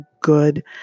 good